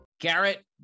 Garrett